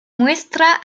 muestra